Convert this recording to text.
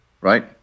right